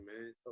man